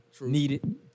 needed